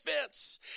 fence